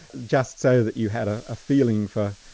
just so that you had a ah feeling for,